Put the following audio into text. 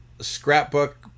scrapbook